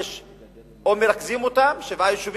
או מרכזים אותם בשבעה יישובים,